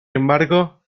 embargo